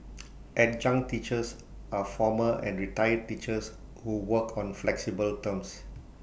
adjunct teachers are former and retired teachers who work on flexible terms